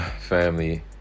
Family